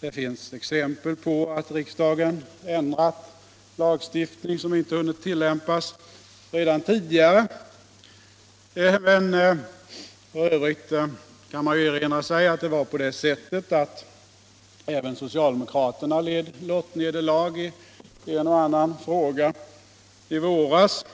Det finns exempel på att riksdagen tidigare ändrat lagstiftning som inte hunnit tillämpas. För övrigt kan man erinra sig att även socialdemokraterna led lottnederlag i en och annan fråga i våras.